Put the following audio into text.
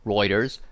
Reuters